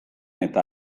eta